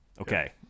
Okay